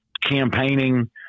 campaigning